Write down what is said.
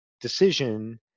decision